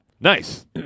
Nice